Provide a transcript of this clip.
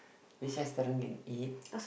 which restaurant can eat